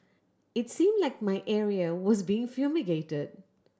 it seemed like my area was being fumigated